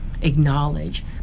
acknowledge